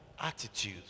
attitude